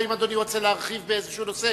האם אדוני רוצה להרחיב באיזשהו נושא?